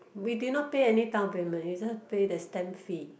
we did not pay any downpayment we just pay the stamp fee